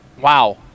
wow